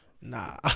Nah